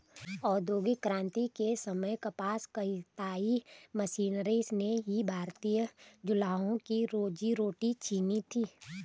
औद्योगिक क्रांति के समय कपास कताई मशीनरी ने ही भारतीय जुलाहों की रोजी रोटी छिनी थी